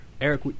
Eric